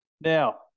Now